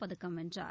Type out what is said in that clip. பதக்கம் வென்றார்